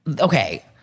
okay